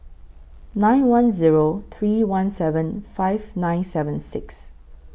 nine one Zero three one seven five nine seven six